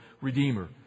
redeemer